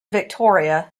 victoria